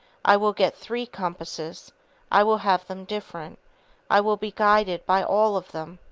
i will get three compasses i will have them different i will be guided by all of them.